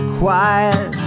quiet